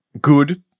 good